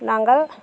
நாங்கள்